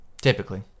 Typically